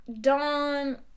Dawn